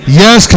yes